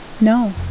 No